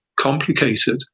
complicated